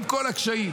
עם כל הקשיים.